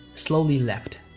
slowly left.